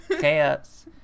Chaos